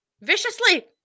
viciously